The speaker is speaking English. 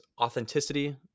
authenticity